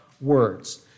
words